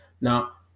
Now